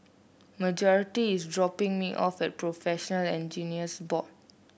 Marjory is dropping me off at Professional Engineers Board